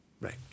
Right